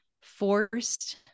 forced